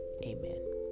amen